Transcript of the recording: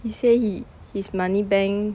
he say he his money bank